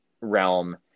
realm